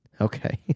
okay